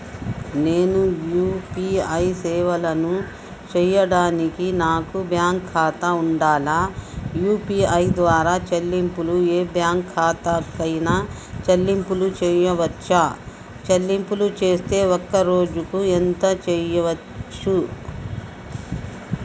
నేను యూ.పీ.ఐ సేవలను చేయడానికి నాకు బ్యాంక్ ఖాతా ఉండాలా? యూ.పీ.ఐ ద్వారా చెల్లింపులు ఏ బ్యాంక్ ఖాతా కైనా చెల్లింపులు చేయవచ్చా? చెల్లింపులు చేస్తే ఒక్క రోజుకు ఎంత చేయవచ్చు?